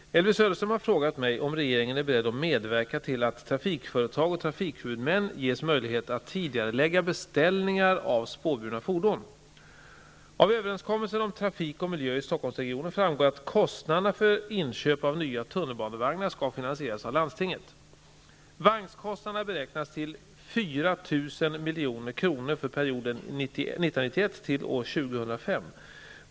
Herr talman! Elvy Söderström har frågat mig om regeringen är beredd att medverka till att trafikföretag och trafikhuvudmän ges möjlighet att tidigarelägga beställningar av spårburna fordon. milj.kr. för perioden 1991--2005.